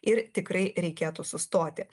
ir tikrai reikėtų sustoti